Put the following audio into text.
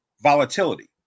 volatility